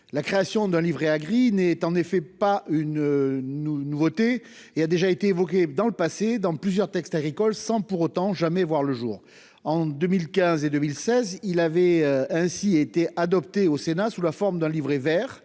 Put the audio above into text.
La création d'un livret A Green est en effet pas une nouveauté, et a déjà été évoquée dans le passé dans plusieurs textes agricole sans pour autant jamais voir le jour en 2015 et 2016, il avait ainsi été adopté au Sénat sous la forme d'un livret Vert